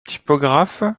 typographe